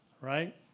right